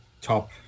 top